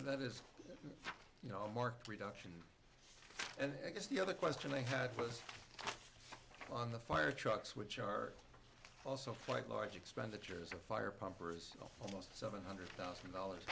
that is you know a marked reduction and i guess the other question i had was on the fire trucks which are also quite large expenditures of fire pumpers almost seven hundred thousand dollars